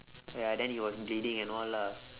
uh then he was bleeding and all lah